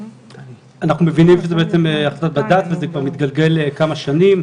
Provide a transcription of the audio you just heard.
אנחנו מבינים שזה החלטת בג"צ וזה כבר מתגלגל כמה שנים,